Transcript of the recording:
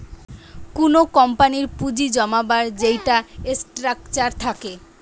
কুনো কোম্পানির পুঁজি জমাবার যেইটা স্ট্রাকচার থাকে